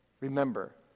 Remember